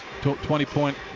20-point